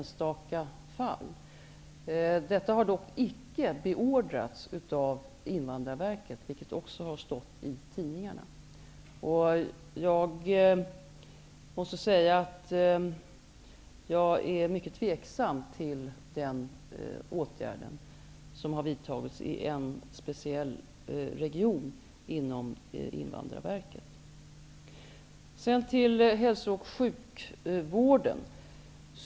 Detta förfarande har dock icke beordrats av Invandrarverket, vil ket också har stått i tidningarna. Jag måste säga att jag är mycket tveksam till den åtgärden, som har vidtagits i en speciell re gion inom Invandrarverket. Så till hälso och sjukvården.